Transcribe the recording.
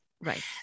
Right